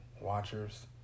watchers